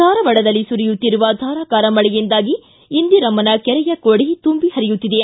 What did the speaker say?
ಧಾರವಾಡದಲ್ಲಿ ಸುರಿಯುತ್ತಿರುವ ಧಾರಾಕಾರ ಮಳೆಯಿಂದಾಗಿ ಇಂದಿರಮ್ಮನ ಕೆರೆಯ ಕೊಡಿ ತುಂಬಿ ಹರಿಯುತ್ತಿದೆ